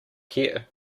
care